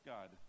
God